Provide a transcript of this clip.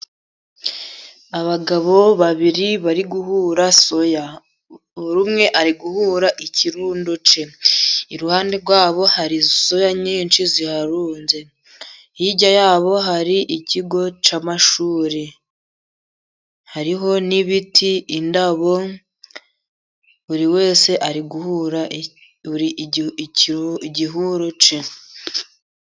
Abagabo babiri bari guhura soya, buri umwe ari guhura ikirundo cye. Iruhande rwa bo hari soya nyinshi ziharunze, hirya hari ikigo cy'amashuri, hariho n'ibiti, indabo, buri wese ari guhura igihuro cye.